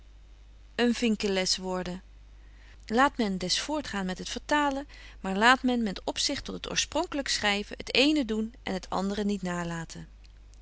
een vinkeles worden laat men des voortgaan met het vertalen maar laat men met opzicht tot het oorspronkelyk schryven het eene doen en het andre niet nalaten